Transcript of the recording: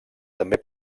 també